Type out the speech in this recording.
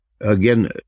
Again